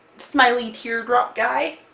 smiley teardrop guy!